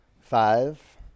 Five